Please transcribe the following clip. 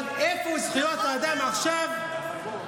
אבל איפה זכויות האדם עכשיו, נכון מאוד.